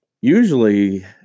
usually